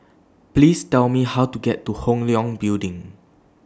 Please Tell Me How to get to Hong Leong Building